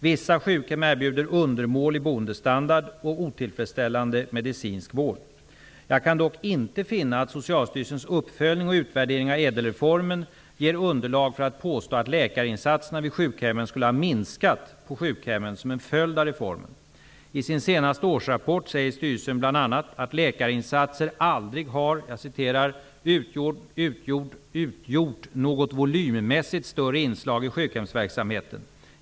Vissa sjukhem erbjuder undermålig boendestandard och otillfredsställande medicinsk vård. Jag kan dock inte finna att Socialstyrelsens uppföljning och utvärdering av ÄDEL-reformen ger underlag för att påstå att läkarinsatserna vid sjukhemmen skulle ha minskat på sjukhemmen som en följd av reformen. I sin senaste årsrapport säger styrelsen bl.a. att läkarinsatser aldrig har ''utgjort något volymmässigt större inslag i sjukhemsverksamheten.